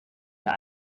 der